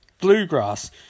Bluegrass